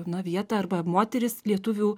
na vietą arba moteris lietuvių